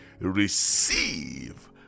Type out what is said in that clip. Receive